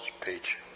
Page